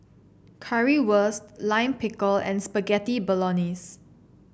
Currywurst Lime Pickle and Spaghetti Bolognese